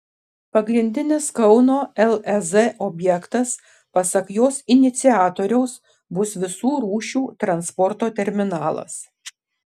pagrindinis kauno lez objektas pasak jos iniciatoriaus bus visų rūšių transporto terminalas